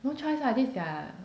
no choice lah this their